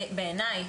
בעיניי,